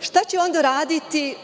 šta će ona raditi